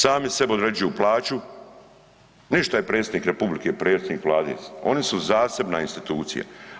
Sami sebi određuju plaću, ništa predsjednik Republike, predsjednik Vlade oni su zasebna institucija.